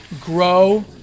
grow